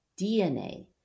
DNA